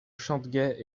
chanteguet